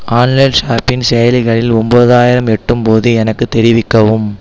online shopping செயலிகளில் ஒம்போதாயிரம் எட்டும்போது எனக்கு தெரிவிக்கவும்